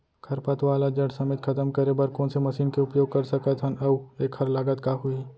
खरपतवार ला जड़ समेत खतम करे बर कोन से मशीन के उपयोग कर सकत हन अऊ एखर लागत का होही?